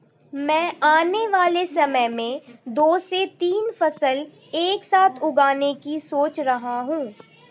मैं आने वाले समय में दो से तीन फसल एक साथ उगाने की सोच रहा हूं